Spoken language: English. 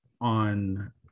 on